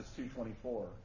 2.24